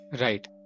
Right